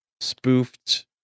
spoofed